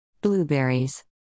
blueberries